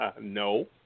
no